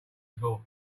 before